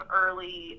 early